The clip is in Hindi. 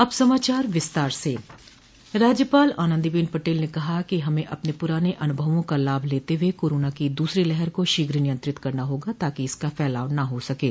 अब समाचार विस्तार से राज्यपाल आनन्दीबेन पटेल ने कहा है कि हमें अपने पुराने अनुभवनों का लाभ लेते हुए कोरोना की दूसरी लहर को शीघ्र नियंत्रित करना होगा ताकि इसका फैलाव न हो सकें